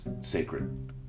sacred